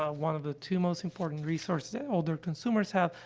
ah one of the two most important resources that older consumers have,